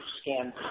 scan